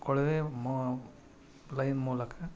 ಕೊಳವೆ ಮೊ ಲೈನ್ ಮೂಲಕ